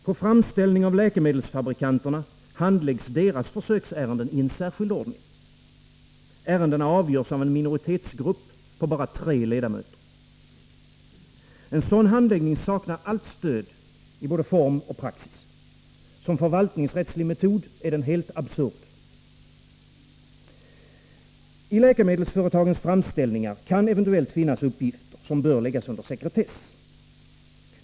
På framställning av läkemedelsfabrikanterna handläggs deras försöksärenden i särskild ordning. Ärendena avgörs av en minoritetsgrupp på bara tre ledamöter. En sådan handläggning saknar allt stöd till både form och praxis. Som förvaltningsrättslig metod är den helt absurd. I läkemedelsföretagens framställningar kan eventuellt finnas uppgifter som bör läggas under sekretess.